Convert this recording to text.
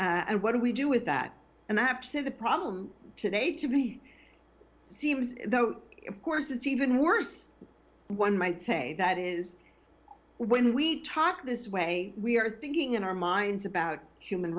and what do we do with that and i have to the problem today to be seems though of course it's even worse one might say that is when we talk this way we are thinking in our minds about human